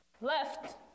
Left